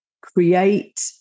create